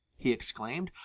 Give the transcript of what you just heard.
he exclaimed.